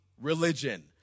religion